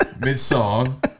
mid-song